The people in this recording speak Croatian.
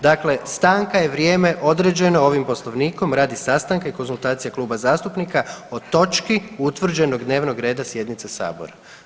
Dakle, stanka je vrijeme određeno ovim Poslovnikom radi sastanka i konzultacija kluba zastupnika o točki utvrđenog dnevnog reda sjednice sabora.